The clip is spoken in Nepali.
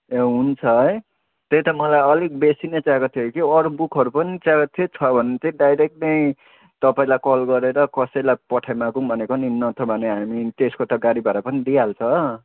ए हुन्छ है त्यही त मलाई अलिक बेसी नै चाहिएको थियो कि अरू बुकहरू पनि चाहिएको थियो छ भने चाहिँ डाइरेक्ट नै तपाईँलाई कल गरेर कसैलाई पठाइमागौँ भनेको नि नत्र भने हामी त्यसको त गाडी भाडा पनि दिइहाल्छ हो